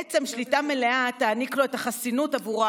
בעצם שליטה מלאה תעניק לו את החסינות שעבורה,